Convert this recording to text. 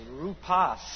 rupas